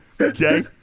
Okay